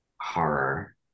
horror